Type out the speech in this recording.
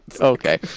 Okay